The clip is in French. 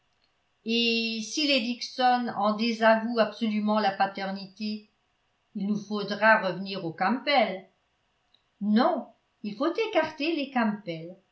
et si les dixon en désavouent absolument la paternité il nous faudra revenir aux campbell non il faut écarter les